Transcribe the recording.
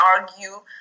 argue